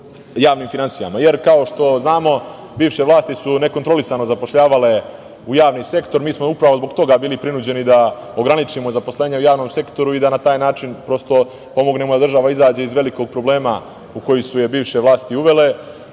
javnim finansijama. Jer, kao što znamo, bivše vlasti su nekontrolisano zapošljavale u javni sektor. Mi smo upravo zbog toga bili prinuđeni da ograničimo zaposlenje u javnom sektoru i da na taj način prosto pomognemo da država izađe iz velikog problema u koji su je bivše vlasti uvele. Mi